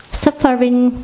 suffering